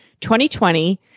2020